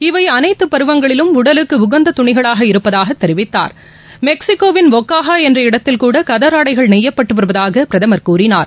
இவை அனைத்து பருவங்களிலும் உடலுக்கு உகந்த துணிகளாக இருப்பதாக தெரிவித்தார் மெக்சிகோவிள் ஒஹாகா என்ற இடத்தில் கூட கதராடைகள் நெய்யப்பட்டு வருவதாக பிரதமர் கூறினார்